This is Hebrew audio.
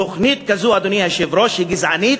תוכנית כזו, אדוני היושב-ראש, היא גזענית,